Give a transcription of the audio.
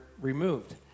removed